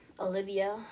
Olivia